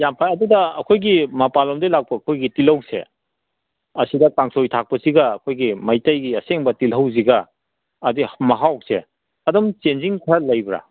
ꯌꯥꯝ ꯐꯩ ꯑꯗꯨꯒ ꯑꯩꯈꯣꯏꯒꯤ ꯃꯄꯥꯟ ꯂꯣꯝꯗꯩ ꯂꯥꯛꯄ ꯑꯩꯈꯣꯏꯒꯤ ꯇꯤꯜꯍꯧꯁꯦ ꯑꯁꯤꯗ ꯀꯥꯡꯁꯣꯏ ꯊꯥꯛꯄꯁꯤꯒ ꯑꯩꯈꯣꯏꯒꯤ ꯃꯩꯇꯩꯒꯤ ꯑꯁꯦꯡꯕ ꯇꯤꯜꯍꯧꯁꯤꯒ ꯑꯗꯩ ꯃꯍꯥꯎꯁꯦ ꯑꯗꯨꯝ ꯆꯦꯟꯖꯤꯡ ꯈꯔ ꯂꯩꯕ꯭ꯔꯥ